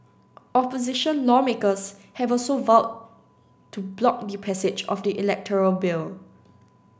opposition lawmakers have also vowed to block the passage of the electoral bill